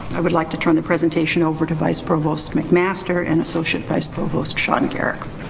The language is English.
i would like to turn the presentation over to vice provost mcmaster and associate vice provost sean garricks.